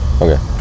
Okay